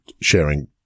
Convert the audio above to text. sharing